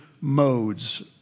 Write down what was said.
modes